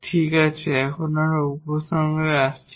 ঠিক আছে এখন আমরা উপসংহারে আসছি